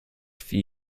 few